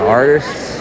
artists